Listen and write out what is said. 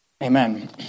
Amen